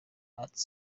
arts